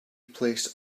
placed